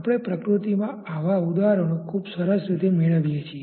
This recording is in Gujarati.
આપણે પ્રકૃતિમાં આવા ઉદાહરણો ખૂબ સરસ રીતે મેળવીએ છીએ